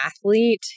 athlete